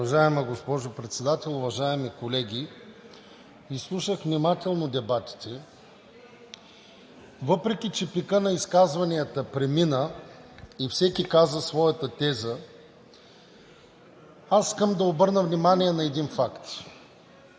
Уважаема госпожо Председател, уважаеми колеги! Изслушах внимателно дебатите. Въпреки че пикът на изказванията премина и всеки каза своята теза, аз искам да обърна внимание на един факт